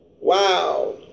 Wow